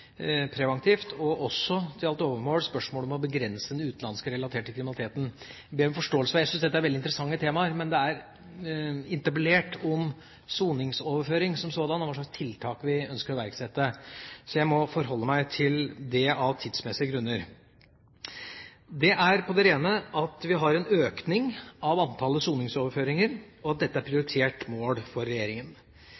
preventivt, og det ble også, til alt overmål, reist spørsmål om å begrense den utenlandsk relaterte kriminaliteten. Jeg ber om forståelse, for jeg syns dette er veldig interessante temaer. Men det er interpellert om soningsoverføring som sådan og hva slags tiltak vi ønsker å iverksette. Så jeg må av tidsmessige grunner forholde meg til det. Det er på det rene at vi har en økning av antallet soningsoverføringer, og at dette er